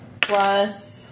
plus